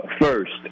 first